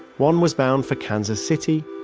one was bound for kansas city,